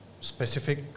Specific